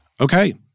Okay